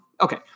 okay